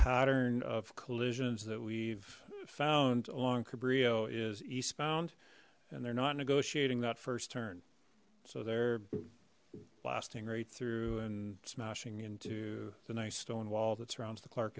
pattern of collisions that we've found along cabrillo is eastbound and they're not negotiating that first turn so they're lasting right through and smashing into the nice stone wall that surrounds the clark